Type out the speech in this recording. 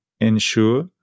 ensure